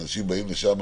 אנשים לא באים לשם